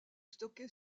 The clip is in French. stocké